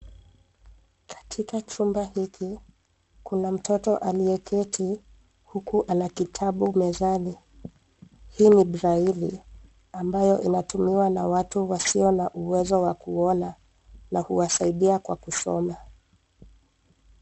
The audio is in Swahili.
Katika chumba hiki, kuna mtoto aliyeketi huku ana kitabu mezani. Hii ni braili ambayo inatumiwa na watu wasio na uwezo wa kuona na huwasaidia kwa kusoma.